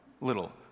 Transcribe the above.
little